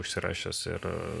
užsirašęs ir